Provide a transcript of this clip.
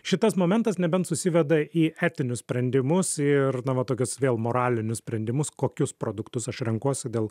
šitas momentas nebent susiveda į etinius sprendimus ir na va tokius vėl moralinius sprendimus kokius produktus aš renkuosi dėl